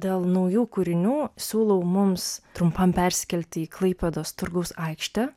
dėl naujų kūrinių siūlau mums trumpam persikelti į klaipėdos turgaus aikštę